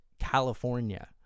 California